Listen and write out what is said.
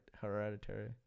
hereditary